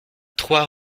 trois